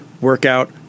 workout